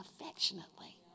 affectionately